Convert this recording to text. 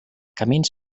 camins